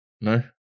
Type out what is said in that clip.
No